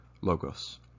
logos